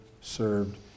served